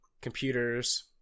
computers